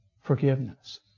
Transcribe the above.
forgiveness